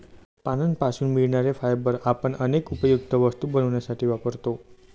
पानांपासून मिळणारे फायबर आपण अनेक उपयुक्त वस्तू बनवण्यासाठी वापरतो